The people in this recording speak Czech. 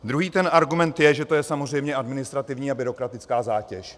Druhý argument je, že to je samozřejmě administrativní a byrokratická zátěž.